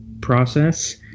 process